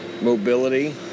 mobility